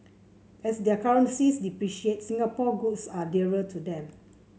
as their currencies depreciate Singapore goods are dearer to them